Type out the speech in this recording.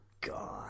God